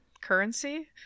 currency